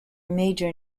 major